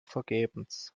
vergebens